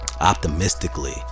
optimistically